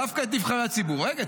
דווקא את נבחרי הציבור ------ רגע,